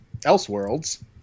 Elseworlds